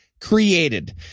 created